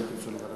בסדר גמור.